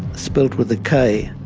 spelt with a k,